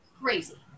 Crazy